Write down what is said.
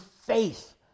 faith